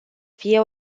fie